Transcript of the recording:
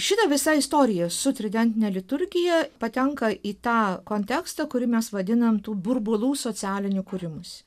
šita visa istorija su tridentine liturgija patenka į tą kontekstą kurį mes vadiname tų burbulų socialinių kūrimusi